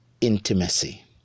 intimacy